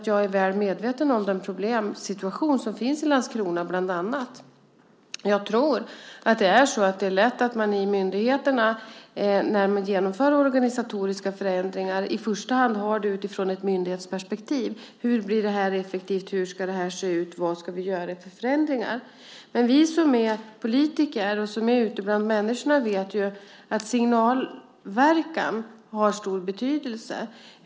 Jag är väl medveten om problemsituationen i Landskrona bland annat. Jag tror att det är lätt att man i myndigheterna, när man genomför organisatoriska förändringar, i första hand gör det utifrån ett myndighetsperspektiv: Hur blir det effektivt? Hur ska det se ut? Vilka förändringar ska vi göra? Vi som är politiker och är ute bland människorna vet ju att signalverkan har stor betydelse.